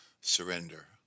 surrender